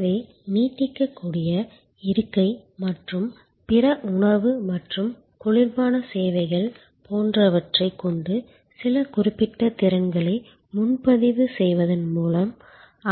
எனவே நீட்டிக்கக்கூடிய இருக்கை மற்றும் பிற உணவு மற்றும் குளிர்பான சேவைகள் போன்றவற்றைக் கொண்டு சில குறிப்பிட்ட திறன்களை முன்பதிவு செய்வதன் மூலம்